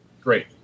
great